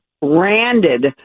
branded